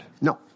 No